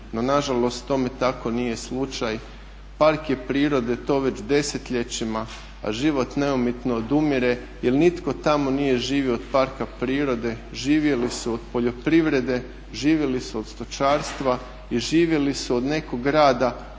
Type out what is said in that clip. no nažalost tome tako nije slučaj. Park je prirode to već desetljećima, a život neumitno odumire jer nitko tamo nije živio od parka prirode, živjeli su od poljoprivrede, živjeli su od stočarstva i živjeli su od nekog rada